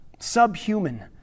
Subhuman